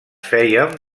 feien